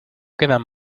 quedan